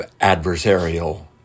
adversarial